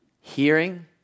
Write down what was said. Hearing